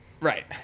Right